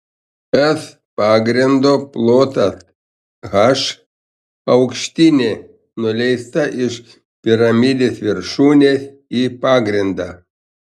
s pagrindo plotas h aukštinė nuleista iš piramidės viršūnės į pagrindą